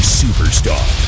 superstar